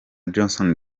jason